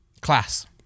Class